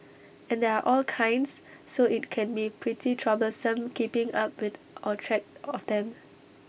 and there are all kinds so IT can be pretty troublesome keeping up with or track of them